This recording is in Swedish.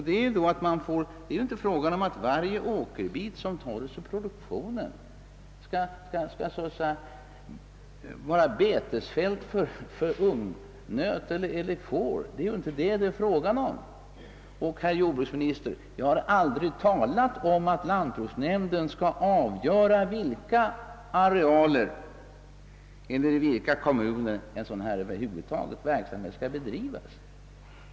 Det är ju inte fråga om att varje åkerbit som tages ur produktionen skall vara betesfält för ungnöt eller får; det är inte detta frågan gäller. Jag har heller aldrig talat om att lantbruksnämnden skulle avgöra på vilken areal eller i vilken kommun en sådan verksamhet skall bedrivas.